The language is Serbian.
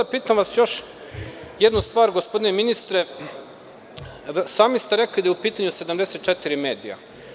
Pitam vas još jednu stvar, gospodine ministre, sami ste rekli da su u pitanju 74 medija.